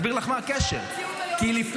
היום יש מלחמה --- אני אסביר לך מה הקשר: כי לפני